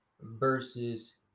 versus